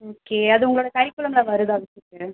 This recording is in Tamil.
ஓகே அது உங்களோடய கரிக்குலமில் வருதா ஏதாவது